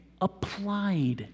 applied